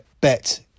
bet